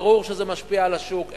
ברור שזה משפיע על השוק,